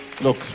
look